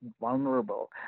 vulnerable